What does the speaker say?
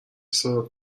صدات